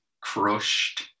crushed